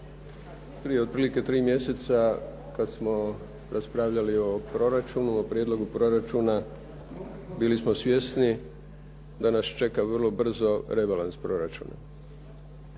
Prije otprilike tri mjeseca kad smo raspravljali o proračunu, o prijedlogu proračuna bili smo svjesni da nas čeka vrlo brzo rebalans proračuna.